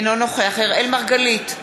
אינו נוכח אראל מרגלית,